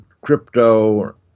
crypto